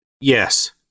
yes